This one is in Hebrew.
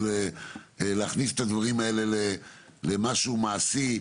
של להכניס את הדברים האלה למשהו מעשי.